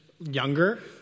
younger